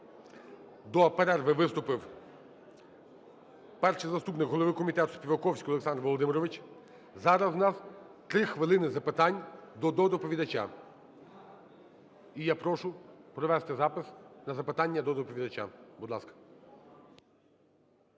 до перерви виступив перший заступник голови комітету Співаковський Олександр Володимирович. Зараз в нас 3 хвилини запитань до доповідача, і я прошу провести запис на запитання до доповідача, будь ласка.